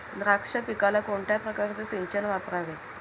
द्राक्ष पिकाला कोणत्या प्रकारचे सिंचन वापरावे?